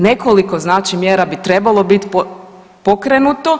Nekoliko znači mjera bi trebalo biti pokrenuto.